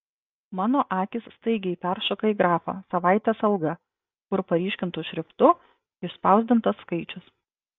mano akys staigiai peršoka į grafą savaitės alga kur paryškintu šriftu išspausdintas skaičius